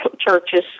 churches